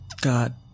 God